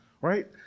right